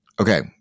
Okay